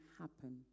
happen